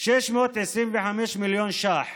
625 מיליון ש"ח